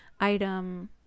item